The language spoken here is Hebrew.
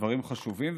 דברים חשובים.